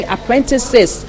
Apprentices